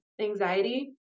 anxiety